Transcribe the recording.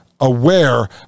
aware